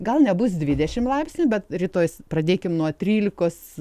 gal nebus dvidešimt laipsnių bet rytoj pradėkim nuo trylikos